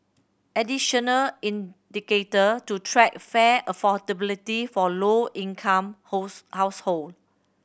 additional indicator to track fare affordability for low income holds household